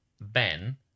Ben